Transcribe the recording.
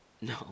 No